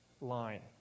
line